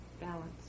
balance